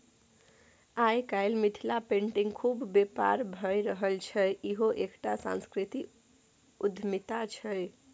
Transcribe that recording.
आय काल्हि मिथिला पेटिंगक खुब बेपार भए रहल छै इहो एकटा सांस्कृतिक उद्यमिता छै